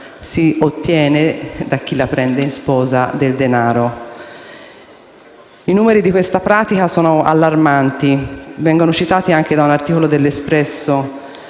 del denaro da chi la prende in moglie. I numeri di questa pratica sono allarmanti. Vengono citati anche da un articolo de «l'Espresso»